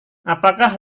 apakah